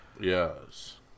Yes